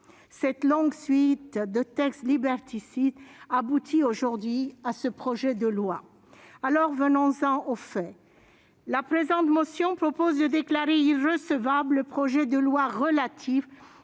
Cette longue suite de textes liberticides aboutit aujourd'hui à ce projet de loi. Venons-en donc aux faits. La présente motion vise à déclarer irrecevable le projet de loi relatif